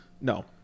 No